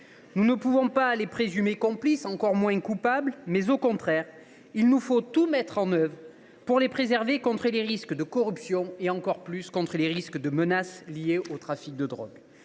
Nous ne pouvons pas les présumer complices, et encore moins coupables ; au contraire, il nous faut tout mettre en œuvre pour les préserver contre les risques de corruption ou les menaces liés au trafic de drogue.